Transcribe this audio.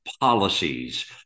Policies